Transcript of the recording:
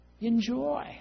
Enjoy